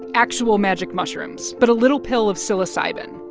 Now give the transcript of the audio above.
actual magic mushrooms but a little pill of psilocybin,